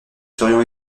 serions